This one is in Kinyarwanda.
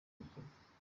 bikorwa